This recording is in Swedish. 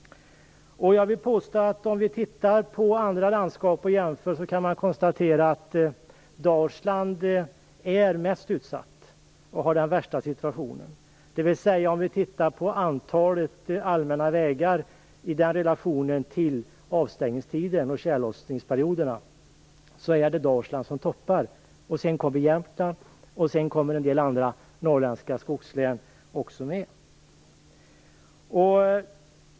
Jag vill påstå att Dalsland är mest utsatt och har den värsta situationen om vi jämför med andra landskap. Om vi tittar på antalet allmänna vägar i relation till avstängningstid och tjällossningsperioder är det Dalsland som toppar. Sedan kommer Jämtland och därefter en del andra norrländska skogslän.